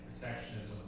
protectionism